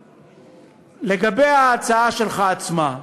לגבי ההצעה שלך עצמה,